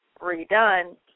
redone